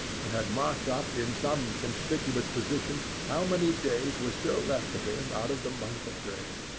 and had marked up in some conspicuous position how many days were still left to him out of the month of grace.